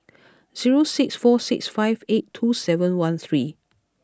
zero six four six five eight two seven one three